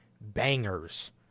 bangers